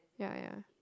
ya ya ya